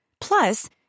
Plus